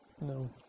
No